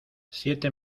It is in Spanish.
siete